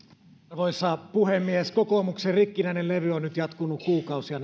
arvoisa puhemies kokoomuksen rikkinäinen levy näistä työllisyystoimista on nyt jatkunut kuukausia